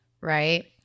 right